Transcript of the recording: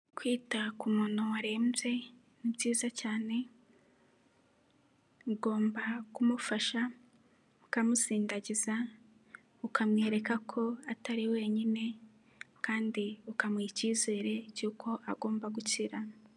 Kwita ku muntu warembye ni byiza cyane, ugomba kumufasha ukamusindagiza, ukamwereka ko atari wenyine kandi ukamuha icyizere cy'uko agomba gukira.